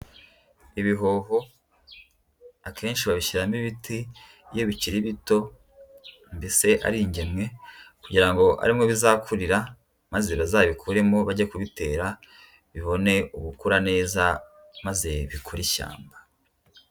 Ibihoho akenshi babishyiramo ibiti iyo bikiri bito, mbese ari ingemwe kugira ngo arimo bizakurira maze bazabikuremo bajye kubitera, bibone ubukura neza, maze bikore ishyamba.